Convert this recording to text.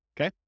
okay